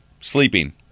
Sleeping